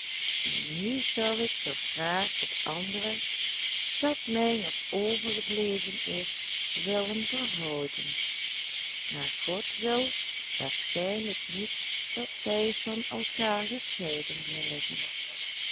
maar nu zou ik toch graag het andere dat mij nog overgebleven is willen behouden maar god wil waarschijnlijk niet dat zij van elkaar gescheiden blijven